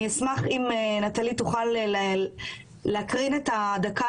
אני אשמח אם נטלי תוכל להקרין את הדקה